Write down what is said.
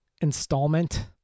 installment